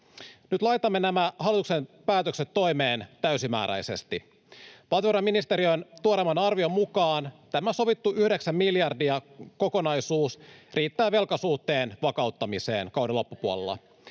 Nyt laitamme nämä hallituksen päätökset toimeen täysimääräisesti. Valtiovarainministeriön tuoreimman arvion mukaan tämä sovittu yhdeksän miljardin kokonaisuus riittää velkasuhteen vakauttamiseen kauden loppupuolella.